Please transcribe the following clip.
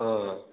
ᱚ